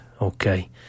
Okay